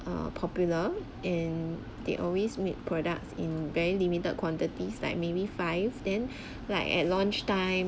a popular and they always made products in very limited quantities like maybe five then like at launch time